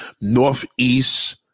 northeast